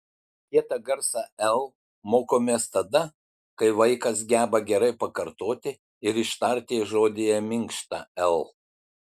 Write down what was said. kietą garsą l mokomės tada kai vaikas geba gerai pakartoti ir ištarti žodyje minkštą l